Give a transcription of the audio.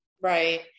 Right